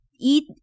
eat